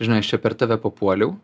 žinai aš čia per tave papuoliau